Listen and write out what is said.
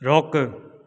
रोकु